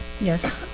Yes